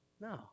No